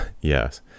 Yes